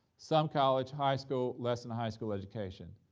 some college, high school, less than high school education.